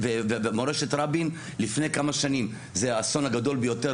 במורשת רבין לפני כמה שנים זה האסון הגדול ביותר